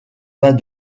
vin